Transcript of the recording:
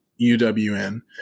UWN